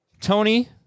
Tony